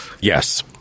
Yes